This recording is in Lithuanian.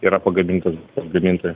yra pagamintas gamintojo